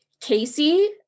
Casey